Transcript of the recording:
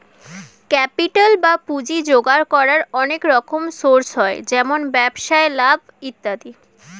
capital বা পুঁজি জোগাড় করার অনেক রকম সোর্স হয়, যেমন ব্যবসায় লাভ ইত্যাদি